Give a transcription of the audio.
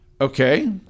Okay